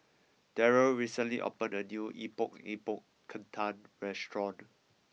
Daryl recently opened a new Epok Epok Kentang restaurant